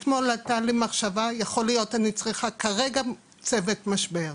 אתמול עלתה לי מחשבה שיכול להיות שאני צריכה כרגע צוות משבר,